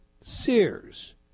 Sears